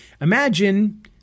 Imagine